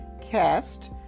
cast